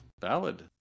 valid